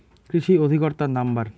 কৃষি অধিকর্তার নাম্বার?